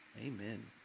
Amen